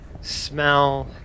smell